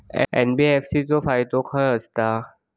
NBFC चे फायदे खाय आसत?